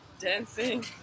dancing